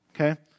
okay